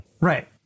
Right